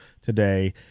Today